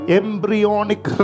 embryonic